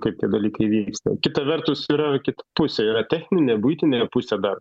kaip tie dalykai vyksta kita vertus yra kita pusė yra techninė buitinė pusė dar